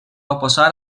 oposar